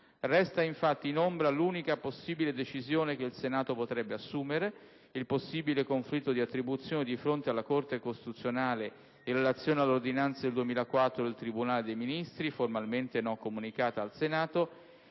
Resta infatti in ombra l'unica possibile decisione che il Senato potrebbe assumere: il conflitto di attribuzione di fronte alla Corte costituzionale in relazione all'ordinanza del 2004 del tribunale dei ministri, formalmente non comunicata al Senato,